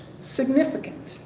significant